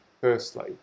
firstly